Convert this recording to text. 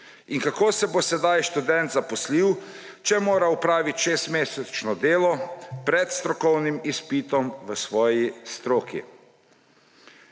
In kako se bo sedaj študent zaposlil, če mora opraviti šestmesečno delo pred strokovnim izpitom v svoji stroki?